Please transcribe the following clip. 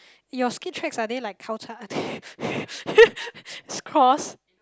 your skid tracks are they like it's cross